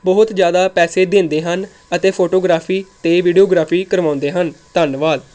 ਬਹੁਤ ਜ਼ਿਆਦਾ ਪੈਸੇ ਦਿੰਦੇ ਹਨ ਅਤੇ ਫੋਟੋਗ੍ਰਾਫ਼ੀ ਅਤੇ ਵੀਡੀਓਗ੍ਰਾਫੀ ਕਰਵਾਉਂਦੇ ਹਨ ਧੰਨਵਾਦ